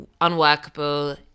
unworkable